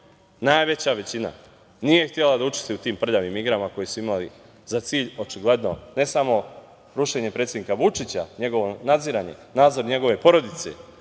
najveća većina nije htela da učestvuje u tim prljavim igrama koje su imale za cilj očigledno ne samo rušenje predsednika Vučića, njegovo nadziranje, nazor njegove porodice